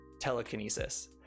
telekinesis